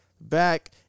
back